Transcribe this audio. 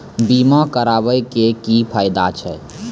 बीमा कराबै के की फायदा छै?